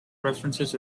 references